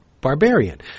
barbarian